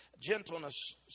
gentleness